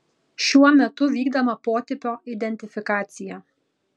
šiuo metu vykdoma potipio identifikacija